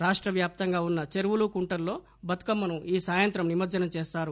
రాష్ట వ్యాప్తంగా ఉన్న చెరువులు కుంటల్లో బతుకమ్మను ఈ సాయంత్రం నిమజ్లనం చేస్తారు